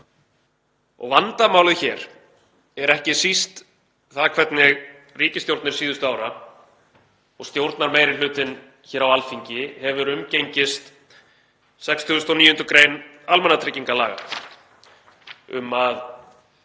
Vandamálið hér er ekki síst það hvernig ríkisstjórnir síðustu ára, stjórnarmeirihlutinn hér á Alþingi, hefur umgengist 69. gr. almannatryggingalaga um að